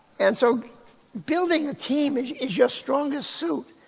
and so building a team is is your strongest suit.